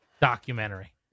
documentary